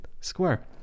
Square